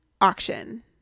auction